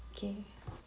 okay